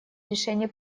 решение